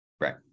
Right